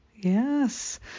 Yes